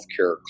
healthcare